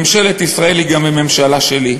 ממשלת ישראל היא גם הממשלה שלי.